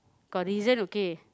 got reason okay